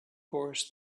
course